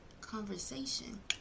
Conversation